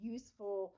useful